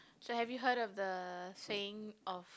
so have you heard of the saying of